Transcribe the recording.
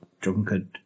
drunkard